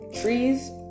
trees